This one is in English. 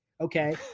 Okay